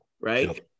Right